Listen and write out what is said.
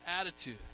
attitude